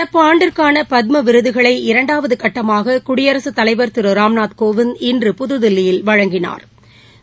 நடப்பாண்டிற்கானபத்மவிருதுகளை இரண்டாவதுகட்டமாககுடியரசுத்தலைவர் திரு ராம்நாத் கோவிந்த் இன்று புதுதில்லியில் வழங்கினாா்